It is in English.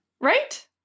right